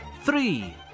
three